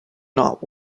not